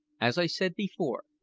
as i said before,